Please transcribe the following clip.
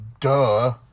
duh